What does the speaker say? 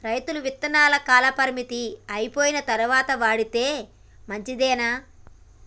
రైతులు విత్తనాల కాలపరిమితి అయిపోయిన తరువాత వాడితే మంచిదేనా?